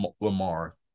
lamar